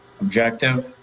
objective